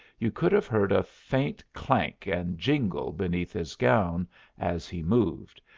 you could have heard a faint clank and jingle beneath his gown as he moved,